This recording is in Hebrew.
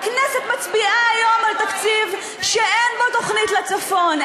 הכנסת מצביעה היום על תקציב שאין בו תוכנית לצפון,